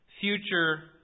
future